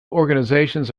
organisations